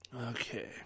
Okay